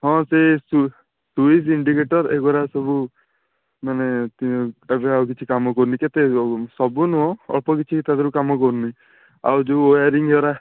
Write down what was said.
ହଁ ସେ switch indicator ଏଗୁଡ଼ା ସବୁ ମାନେ ଆଉ କିଛି କାମ କରୁନି କେତେ ସବୁ ନୁହେଁ ଅଳ୍ପ କିଛି ତା'ଦେହରୁ କାମ କରୁନି ଆଉ ଯେଉଁ ୱାରିଙ୍ଗ ଗୁଡ଼ା